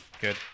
good